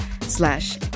slash